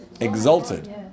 Exalted